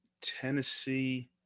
Tennessee